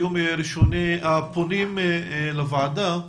הוא היה מראשוני הפונים לוועדה.